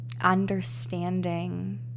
understanding